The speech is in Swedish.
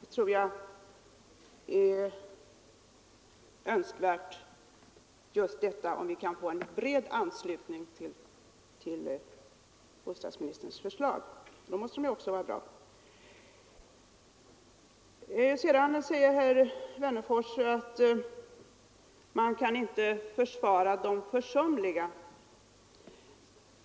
Jag tror det vore önskvärt just att vi kunde få en bred anslutning, men då måste förslagen också vara bra. Herr Wennerfors säger att vi inte skall försvara de försumliga.